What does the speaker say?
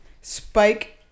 spike